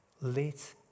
let